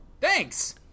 thanks